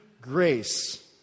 grace